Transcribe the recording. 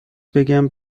بگم